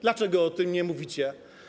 Dlaczego o tym nie mówicie?